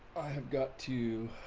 i have got two